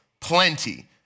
plenty